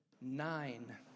nine